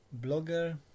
blogger